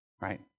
right